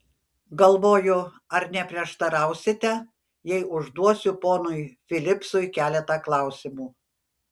galvoju ar neprieštarausite jei užduosiu ponui filipsui keletą klausimų